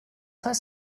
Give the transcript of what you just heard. heißt